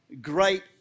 great